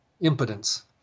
impotence